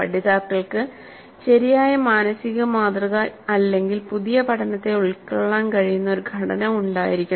പഠിതാക്കൾക്ക് ശരിയായ മാനസിക മാതൃക അല്ലെങ്കിൽ പുതിയ പഠനത്തെ ഉൾക്കൊള്ളാൻ കഴിയുന്ന ഒരു ഘടന ഉണ്ടായിരിക്കണം